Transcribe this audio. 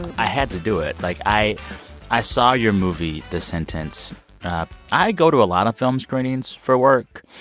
i had to do it. like, i i saw your movie, the sentence i go to a lot of film screenings for work,